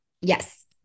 Yes